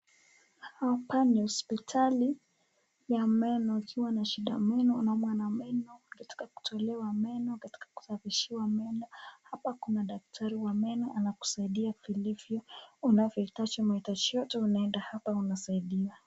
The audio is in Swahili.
Hapa ni hospitali ya meno. Ukiwa na shida ya meno, unaumwa na meno, ukitaka kutolewa meno, ukitaka kusafishiwa meno, hapa kuna daktari wa meno anakusaidia vilivyo. Unavyohitaji mahitaji yote unaenda hapa unasaidiwa.